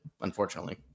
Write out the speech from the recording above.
unfortunately